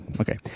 Okay